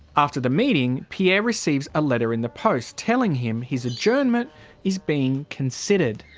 after the meeting pierre receives a letter in the post telling him his adjournment is being considered.